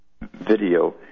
video